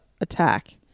attack